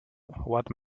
what